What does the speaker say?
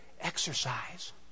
Exercise